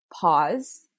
pause